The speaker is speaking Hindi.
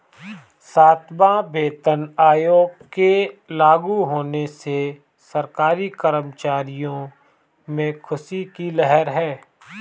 सातवां वेतन आयोग के लागू होने से सरकारी कर्मचारियों में ख़ुशी की लहर है